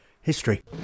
history